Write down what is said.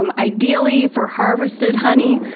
um ideally, for harvested honey,